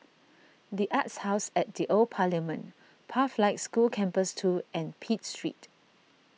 the Arts House at the Old Parliament Pathlight School Campus two and Pitt Street